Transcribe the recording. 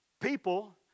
people